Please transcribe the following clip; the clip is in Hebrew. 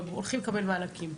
הם הולכים לקבל מענקים,